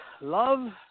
Love